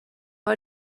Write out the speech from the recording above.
بار